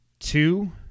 Two